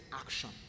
action